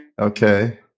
okay